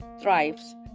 thrives